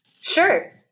Sure